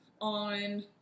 on